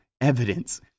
evidence